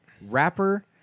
rapper